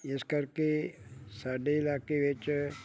ਇਸ ਕਰਕੇ ਸਾਡੇ ਇਲਾਕੇ ਵਿੱਚ